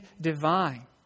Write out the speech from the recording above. divine